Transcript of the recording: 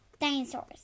Dinosaurs